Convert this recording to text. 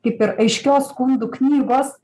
kaip ir aiškios skundų knygos